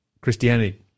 Christianity